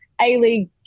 A-League